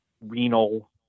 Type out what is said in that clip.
renal